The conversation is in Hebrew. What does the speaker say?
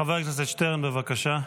חבר הכנסת שטרן, בבקשה.